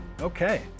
Okay